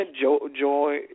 Joy